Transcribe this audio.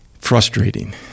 Frustrating